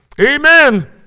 Amen